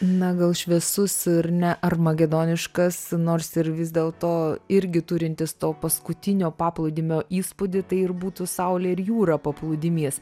na gal šviesus ir ne armagedoniškas nors ir vis dėl to irgi turintis to paskutinio paplūdimio įspūdį tai ir būtų saulė ir jūra paplūdimys